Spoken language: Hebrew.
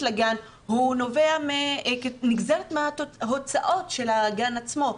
לגן נובע כנגזרת מההוצאות של הגן עצמו,